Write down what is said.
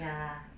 ya